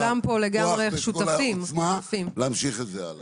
הכוח ואת על העוצמה להמשיך את זה הלאה.